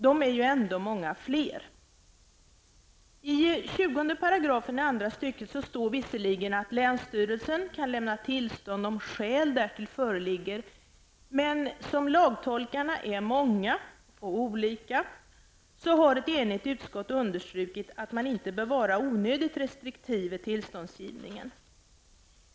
De är ändå många fler. I 20 § andra stycket står visserligen att länsstyrelsen kan lämna tillstånd om skäl därtill föreligger, men som lagtolkarna är många har ett enigt utskott understrukit att man inte bör vara onödigt restriktiv vid tillståndsgivningen.